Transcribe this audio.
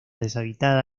deshabitada